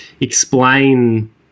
explain